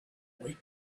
boy